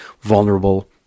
vulnerable